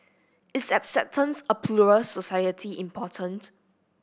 is acceptance a plural society important